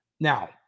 Now